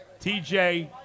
TJ